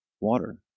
water